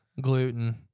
Gluten